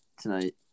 tonight